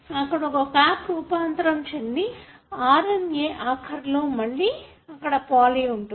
అక్కడొక కాప్ రూపాంతరం చెంది RNA 5 ఆఖరిలో మళ్ళీ అక్కడ పాలీ ఉంటుంది